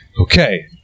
Okay